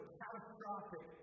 catastrophic